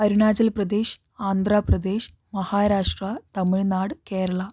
Arunachal Pradesh Andhra Pradesh Maharashtra Tamil Nadu Kerala